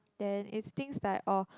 then it's things like uh